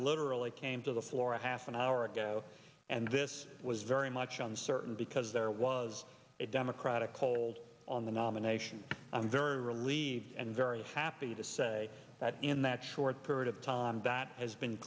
literally came to the floor a half an hour ago and this was very much i'm certain because there was a democratic hold on the nomination i'm very relieved and very happy to say that in that short period of time that has been